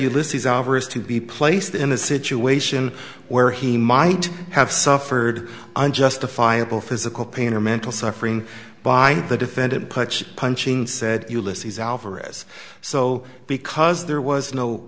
alvarez to be placed in a situation where he might have suffered unjustifiable physical pain or mental suffering by the defendant punch punching said ulysses alvarez so because there was no